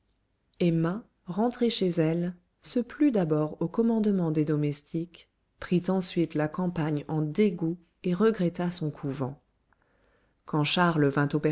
emma rentrée chez elle se plut d'abord au commandement des domestiques prit ensuite la campagne en dégoût et regretta son couvent quand charles